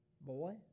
Boy